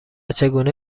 چگونه